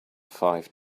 five